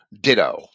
Ditto